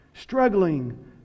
Struggling